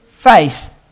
face